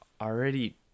already